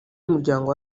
w’umuryango